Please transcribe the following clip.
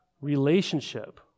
relationship